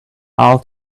how